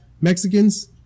Mexicans